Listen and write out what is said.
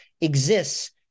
exists